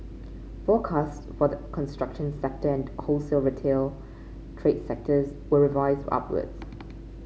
forecasts for the construction sector and wholesale trade sectors were revised upwards